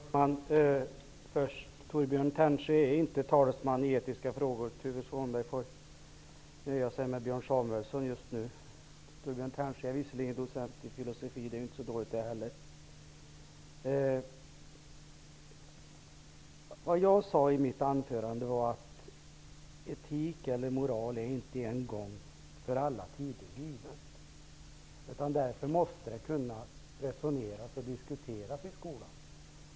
Herr talman! Först vill jag säga att Torbjörn Tännsjö inte är talesman i etiska frågor. Tuve Skånberg får nöja sig med Björn Samuelson just nu. Torbjörn Tännsjö är visserligen docent i filosofi, det är inte så dåligt det heller. Vad jag sade i mitt anförande var att etik eller moral är inte något en gång för alla tider givet. Därför måste det kunna diskuteras och resoneras i skolan.